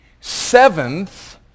seventh